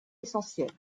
essentiel